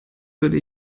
würde